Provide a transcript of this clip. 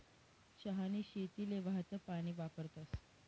चहानी शेतीले वाहतं पानी वापरतस